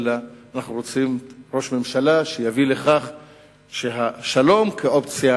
אנחנו רוצים ראש ממשלה שיביא לכך שהשלום, כאופציה